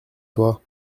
toi